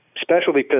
specialty